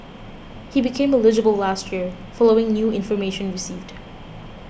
he became eligible last year following new information received